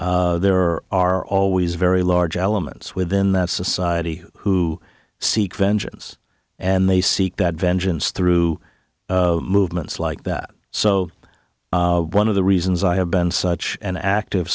power there are always very large elements within that society who seek vengeance and they seek that vengeance through movements like that so one of the reasons i have been such an active